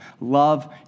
Love